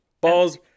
Balls